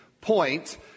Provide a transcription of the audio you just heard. point